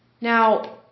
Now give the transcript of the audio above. Now